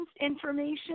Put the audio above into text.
information